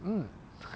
mm